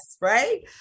right